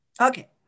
okay